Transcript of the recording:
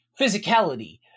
physicality